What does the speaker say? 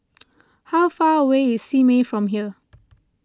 how far away is Simei from here